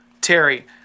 Terry